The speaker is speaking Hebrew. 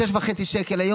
6.5 שקלים,